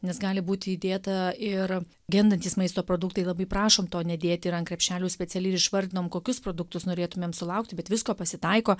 nes gali būti įdėta ir gendantys maisto produktai labai prašom to nedėt ir ant krepšelių specialiai ir išvardinom kokius produktus norėtumėm sulaukti bet visko pasitaiko